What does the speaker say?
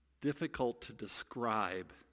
difficult-to-describe